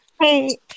Hey